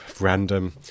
random